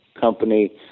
company